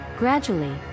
Gradually